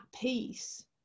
peace